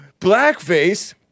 Blackface